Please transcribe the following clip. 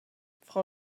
frau